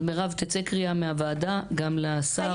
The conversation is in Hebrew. מירב, תצא קריאה מהוועדה גם לשר.